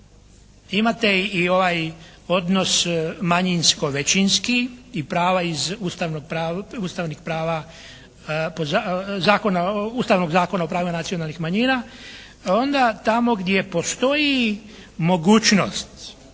Imate i ovaj odnos manjinsko većinski i prava iz ustavnih prava, Ustavnog Zakona o pravima nacionalnih manjina. Onda tamo gdje postoji mogućnost